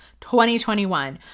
2021